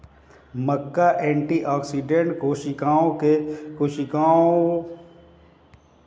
मक्का antioxidant कोशिकाओं को नुकसान से बचाने में मदद करता है